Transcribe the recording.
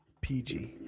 PG